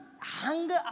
hunger